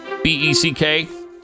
B-E-C-K